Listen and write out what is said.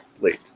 late